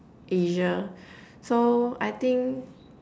Asia so I think